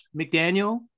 McDaniel